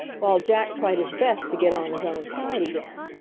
while jack tried his best to get on his own side again.